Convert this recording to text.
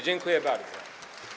Dziękuję bardzo.